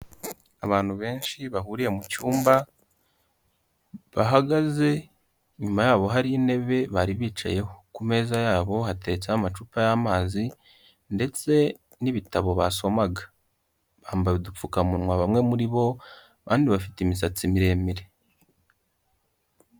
Abantu benshi bahuriye mu cyumba bahagaze, inyuma yabo hari intebe bari bicayeho. Ku meza yabo hateretseho amacupa y'amazi ndetse n'ibitabo basomaga, bambara udupfukamunwa bamwe muri bo abandi bafite imisatsi miremire.